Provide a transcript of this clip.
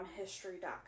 History.com